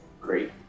Great